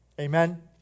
Amen